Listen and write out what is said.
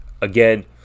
again